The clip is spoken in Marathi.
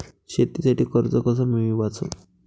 शेतीसाठी कर्ज कस मिळवाच?